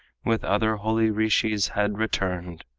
with other holy rishis had returned,